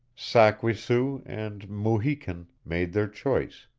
sak-we-su and mu-hi-kun made their choice,